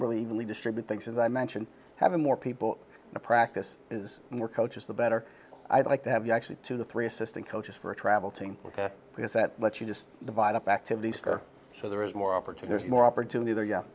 really believe distribute things as i mentioned having more people in a practice is more coaches the better i'd like to have you actually two to three assistant coaches for a travel to ok because that lets you just divide up activities for so there is more opportune there's more opportunity there yeah